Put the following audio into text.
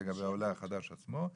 לגבי העולה החדש עצמו,